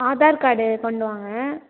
Aadhaar card கொண்டு வாங்க